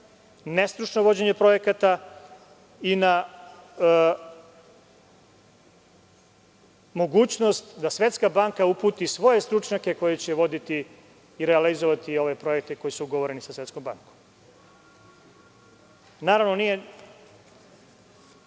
nestručno vođenje projekata i na mogućnost da Svetska banka uputi svoje stručnjake koji će voditi i realizovati ove projekte koji su ugovoreni sa Svetskom bankom. Naravno, nije